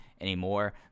anymore